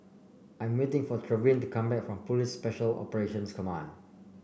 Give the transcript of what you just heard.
I'm waiting for Trevin to come back from Police Special Operations Command